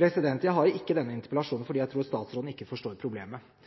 Jeg reiser ikke denne interpellasjonen fordi jeg tror statsråden ikke forstår problemet.